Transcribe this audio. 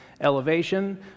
elevation